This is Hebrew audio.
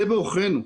זה בעוכרינו.